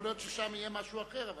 יכול להיות ששם יהיה משהו אחר.